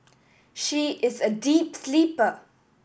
she is a deep sleeper